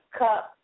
cup